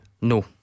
No